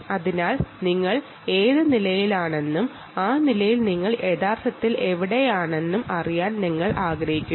അതിനാൽ നിങ്ങൾ ഏത് നിലയിലാണെന്നും ആ നിലയിൽ നിങ്ങൾ യഥാർത്ഥത്തിൽ എവിടെയാണെന്നും അറിയാൻ നിങ്ങൾ ആഗ്രഹിക്കുന്നു